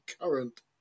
current